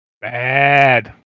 Bad